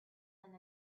and